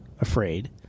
afraid